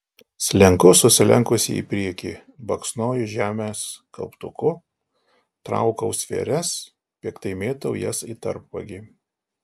slenku susilenkusi į priekį baksnoju žemes kauptuku traukau svėres piktai mėtau jas į tarpvagį